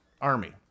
army